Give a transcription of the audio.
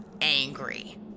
angry